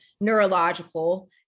neurological